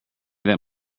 that